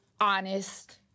honest